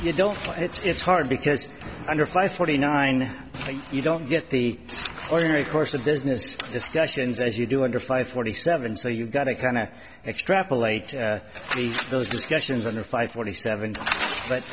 you don't it's hard because under five forty nine you don't get the ordinary course of business discussions as you do under five forty seven so you've got to kind of extrapolate those discussions under five forty seven but